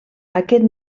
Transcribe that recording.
aquest